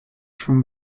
from